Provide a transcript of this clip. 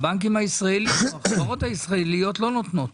והבנקים הישראליים לחברות הישראליות לא נותנות.